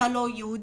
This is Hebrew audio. אתה לא יהודי.